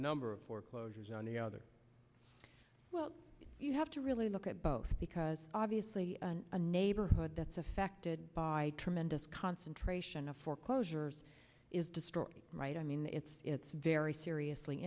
number of foreclosures on the other well you have to really look at both because obviously a neighborhood that's affected by tremendous concentration of foreclosures is destroyed right i mean it's it's very seriously